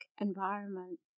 environment